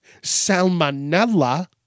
Salmonella